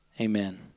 Amen